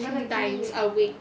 three times a week